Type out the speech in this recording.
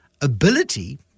ability